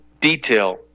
detail